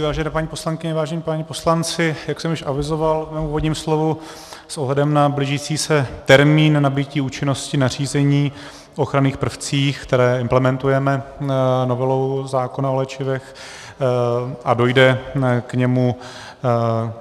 Vážené paní poslankyně, vážení páni poslanci, jak jsem již avizoval ve svém úvodním slovu, s ohledem na blížící se termín nabytí účinnosti nařízení o ochranných prvcích, které implementujeme novelou zákona o léčivech, a dojde k